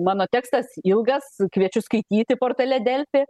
mano tekstas ilgas kviečiu skaityti portale delfi